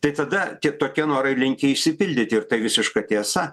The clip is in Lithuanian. tai tada tie tokie norai linkę išsipildyti ir tai visiška tiesa